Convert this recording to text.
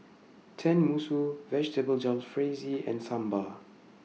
Tenmusu Vegetable Jalfrezi and Sambar